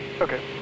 Okay